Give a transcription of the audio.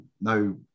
no